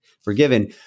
forgiven